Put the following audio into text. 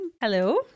Hello